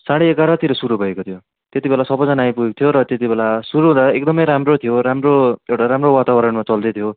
साढे एघारतिर सुरू भएको थियो त्यति बेला सबैजना आइपुगेको थियो र त्यति बेला सुरु हुँदा एकदमै राम्रो थियो राम्रो एउटा राम्रो वातावरणमा चल्दै थियो